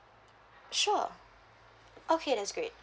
sure okay that's great